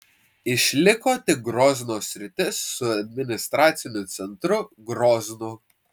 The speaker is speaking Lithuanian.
išliko tik grozno sritis su administraciniu centru groznu